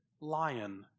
lion